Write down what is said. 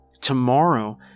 Tomorrow